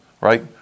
right